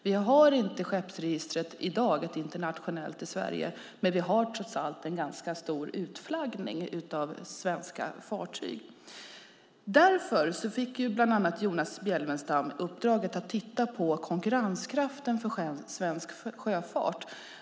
Vi har inte i dag ett internationellt skeppsregister i Sverige, men vi har trots allt en ganska stor utflaggning av svenska fartyg. Därför fick bland annat Jonas Bjelfvenstam uppdraget att titta på konkurrenskraften för svensk sjöfart.